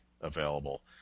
available